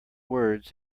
words